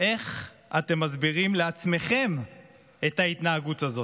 איך אתם מסבירים לעצמכם את ההתנהגות הזאת,